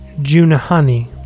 Junahani